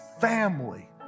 family